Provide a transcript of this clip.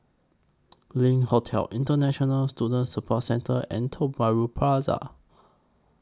LINK Hotel International Student Support Centre and Tiong Bahru Plaza